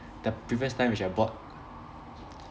the previous time which I bought